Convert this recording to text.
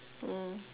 mm